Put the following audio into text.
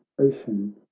ocean